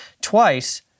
Twice